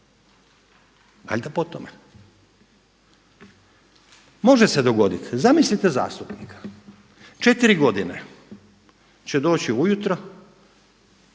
valjda po tome. Može se dogoditi, zamislite zastupnika četiri godine će doći ujutro,